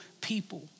people